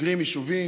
סוגרים יישובים,